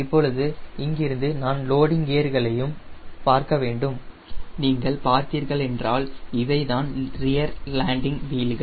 இப்பொழுது இங்கிருந்து நான் லேண்டிங் கியர்களையும் பார்க்க வேண்டும் நீங்கள் பார்த்தீர்கள் என்றால் இவைகள் தான் ரியர் லேண்டிங் வீல்கள்